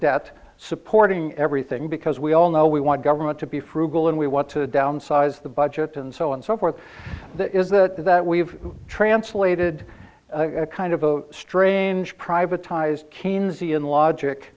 debt supporting everything because we all know we want government to be frugal and we want to downsize the budget and so on so forth that is that that we've translated a kind of a strange privatized